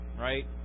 right